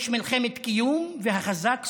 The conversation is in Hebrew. יש מלחמת קיום, והחזק שורד.